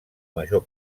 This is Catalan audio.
major